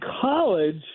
college